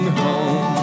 home